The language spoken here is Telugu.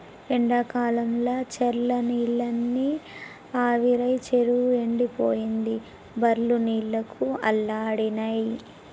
ఎండాకాలంల చెర్ల నీళ్లన్నీ ఆవిరై చెరువు ఎండిపోయింది బర్లు నీళ్లకు అల్లాడినై